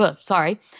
sorry